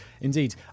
Indeed